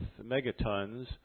megatons